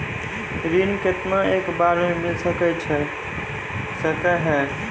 ऋण केतना एक बार मैं मिल सके हेय?